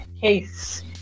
case